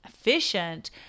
efficient